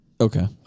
okay